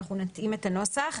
אנחנו נתאים את הנוסח.